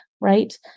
right